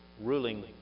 ruling